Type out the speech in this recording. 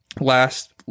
Last